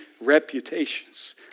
reputations